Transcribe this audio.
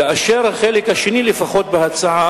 כאשר לפחות החלק השני בהצעה,